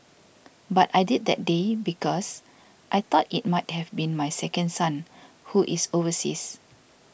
but I did that day because I thought it might have been my second son who is overseas